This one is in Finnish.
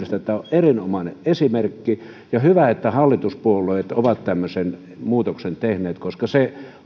erinomainen esimerkki on hyvä että hallituspuolueet ovat tämmöisen muutoksen tehneet koska se